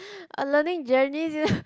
a learning journey too